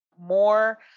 more